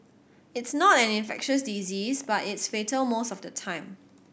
it's not an infectious disease but it's fatal most of the time